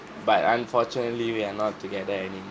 but unfortunately we are not together anymore